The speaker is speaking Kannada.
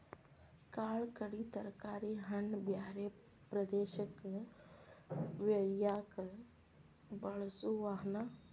ಕಾಳ ಕಡಿ ತರಕಾರಿ ಹಣ್ಣ ಬ್ಯಾರೆ ಪ್ರದೇಶಕ್ಕ ವಯ್ಯಾಕ ಬಳಸು ವಾಹನಾ